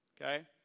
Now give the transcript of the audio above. okay